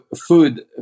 food